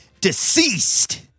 Deceased